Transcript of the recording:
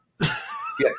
Yes